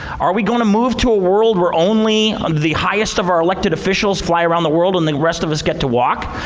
are we going to move to a world where only and the highest of our elected officials fly around the world when and the rest of us get to walk?